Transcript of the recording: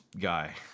guy